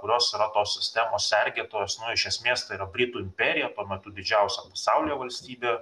kurios yra tos sistemos sergėtojos iš esmės tai yra britų imperija tuo metu didžiausia pasaulyje valstybė